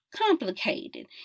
complicated